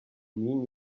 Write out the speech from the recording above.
mean